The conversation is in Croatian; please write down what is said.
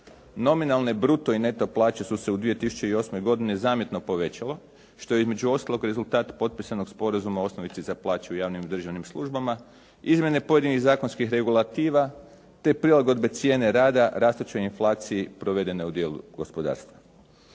Nominalne bruto i neto plaće su se u 2008. godini zamjetno povećalo, što je između ostalog rezultat potpisanog Sporazuma o osnovici za plaću u javnim i državnim službama, izmjene pojedinih zakonskih regulativa, te prilagodbe cijene rada rastućoj inflaciji provedene u dijelu gospodarstva.